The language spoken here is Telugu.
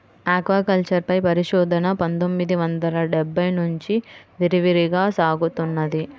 ఆక్వాకల్చర్ పై పరిశోధన పందొమ్మిది వందల డెబ్బై నుంచి విరివిగా సాగుతున్నది